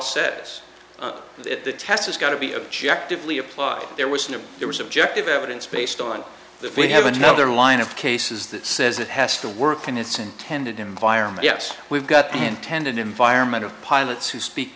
has got to be objective lee applied there was no there was objective evidence based on that we have another line of cases that says it has to work in its intended environment yes we've got the intended environment of pilots who speak